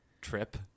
Trip